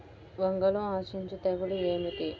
వంగలో ఆశించు తెగులు ఏమిటి?